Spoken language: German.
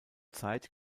zeit